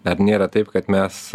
bet nėra taip kad mes